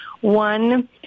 one